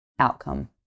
outcome